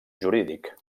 jurídic